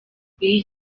iyi